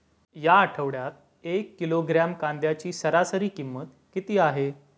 या आठवड्यात एक किलोग्रॅम कांद्याची सरासरी किंमत किती आहे?